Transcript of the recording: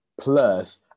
Plus